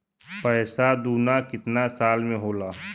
पैसा दूना कितना साल मे होला?